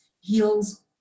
heals